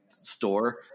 store